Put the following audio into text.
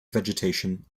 vegetation